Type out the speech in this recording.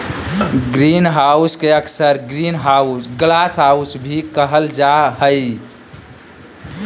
greenhouse के अक्सर glasshouse भी कहल जा हइ